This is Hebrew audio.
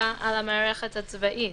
ההכרזה על המערכת הצבאית,